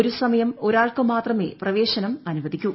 ഒരു സമയം ഒരാൾക്ക് മാത്രമേ പ്രവേശനം അനുവദിക്കു